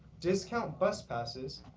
discount bus passes,